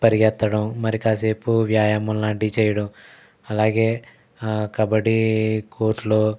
పరిగెత్తడం మరి కాసేపు వ్యాయామం లాంటి చేయడం అలాగే కబడ్డీ కోర్టులో